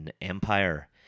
Empire